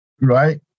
right